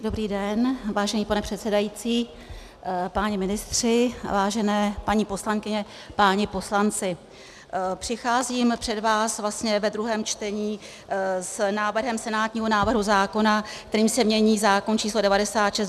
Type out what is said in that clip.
Dobrý den, vážený pane předsedající, páni ministři, vážené paní poslankyně, páni poslanci, přicházím před vás ve druhém čtení s návrhem senátního návrhu zákona, kterým se mění zákon č. 96/2004 Sb.